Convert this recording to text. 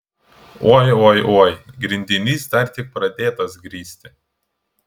oi oi oi grindinys dar tik pradėtas grįsti